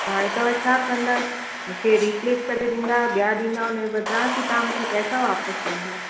हाणे तव्हां छा कंदा मूंखे रीप्लेस करे ॾींदा ॿिया ॾींदा उन जे बदिरां कि तव्हां मूंखे पैसा वापसि ॾींदा